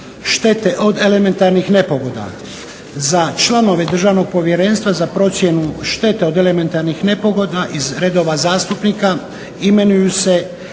štete od elementarnih nepogoda